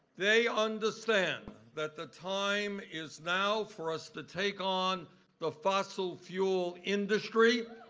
they understand that the time is now for us to take on the fossil fuel industry,